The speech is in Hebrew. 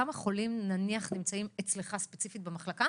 כמה חולים נמצאים אצלך ספציפית במחלקה